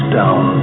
down